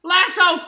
Lasso